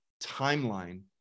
timeline